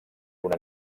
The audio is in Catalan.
una